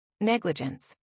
Negligence